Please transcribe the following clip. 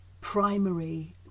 primary